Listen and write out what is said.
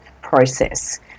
process